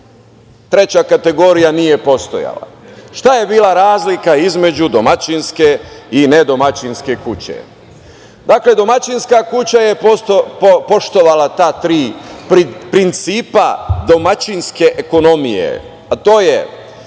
Treća kategorija nije postojala. Šta je bila razlika između domaćinske i nedomaćinske kuće? Dakle, domaćinska kuća je poštovala ta tri principa domaćinske ekonomije, a to je